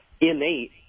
innate